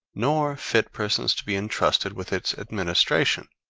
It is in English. nor fit persons to be entrusted with its administration.